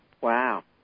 Wow